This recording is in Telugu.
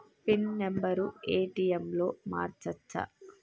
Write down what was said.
పిన్ నెంబరు ఏ.టి.ఎమ్ లో మార్చచ్చా?